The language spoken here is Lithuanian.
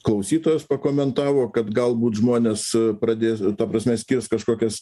klausytojas pakomentavo kad galbūt žmonės pradės ta prasme skirs kažkokias